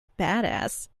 badass